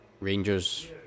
Rangers